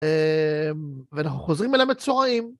ואנחנו חוזרים אליהם בצורה איים.